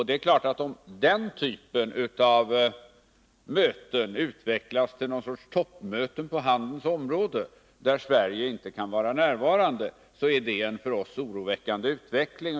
Det är klart att om den typen av möten utvecklas till någon sorts toppmöten på handelns område, där Sverige inte kan vara representerat, är detta en för oss oroväckande utveckling.